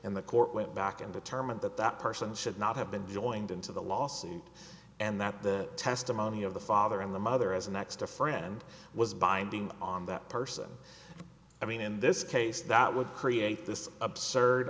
and the court went back and determined that that person should not have been joined into the lawsuit and that the testimony of the father and the mother as a next to friend was binding on that person i mean in this case that would create this absurd